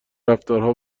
رفتارها